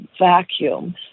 vacuum